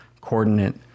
coordinate